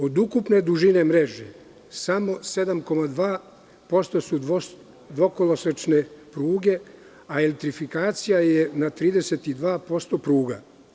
Od ukupne dužine mreže samo 7,2% su dvokolosečne pruge, a elektrifikacija je na 32% pruga.